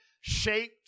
shaped